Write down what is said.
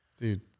dude